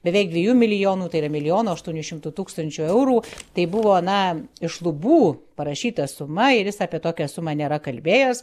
beveik dviejų milijonų tai yra milijono aštuonių šimtų tūkstančių eurų tai buvo na iš lubų parašyta suma ir jis apie tokią sumą nėra kalbėjęs